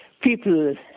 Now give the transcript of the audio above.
people